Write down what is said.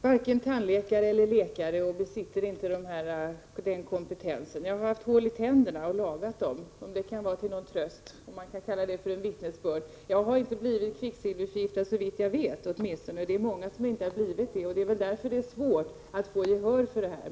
Herr talman! Jag är varken tandläkare eller läkare; den kompetensen besitter jag inte. Men jag har haft hål i tänderna och lagat dem, om det kan vara till någon tröst eller om man kan kalla det för ett vittnesbörd. Jag har, såvitt jag vet, inte blivit kvicksilverförgiftad, och det är det många som inte har blivit, och det är väl därför det är svårt att få gehör för de här kraven.